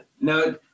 No